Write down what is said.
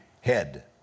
head